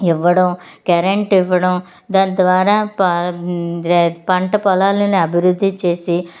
ఇవ్వడం కరెంట్ ఇవ్వడం దాని ద్వారా పం పంట పొలాలని అభివృద్ధి చేసి